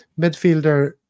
Midfielder